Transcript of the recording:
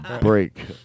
break